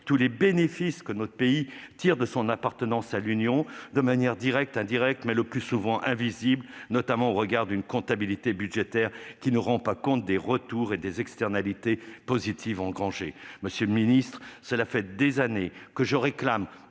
tous les bénéfices que notre pays tire de son appartenance à l'Union européenne, de manière directe ou indirecte, le plus souvent invisible, notamment au regard d'une comptabilité budgétaire qui ne rend pas compte des retours et externalités positives. Monsieur le secrétaire d'État, voilà des années que je réclame